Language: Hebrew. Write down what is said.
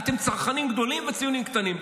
אתם צרחנים גדולים וציונים קטנים.